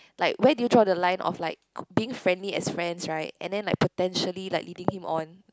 like where do you draw the line of like being friendly as friends right and then like potentially leading him on